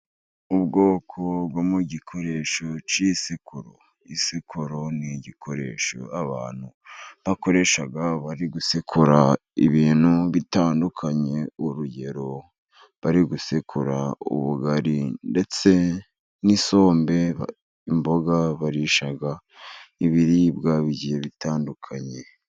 Ubwoko bwo mu gikoresho cy'isekuro. Isekuro ni igikoresho abantu bakoresha bari gusekura ibintu bitandukanye. Urugero bari gusekura ubugari ndetse n'isombe, imboga barisha ibiribwa bigiye bitandukanye.